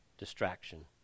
Distraction